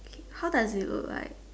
K how does it look like